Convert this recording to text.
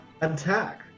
attack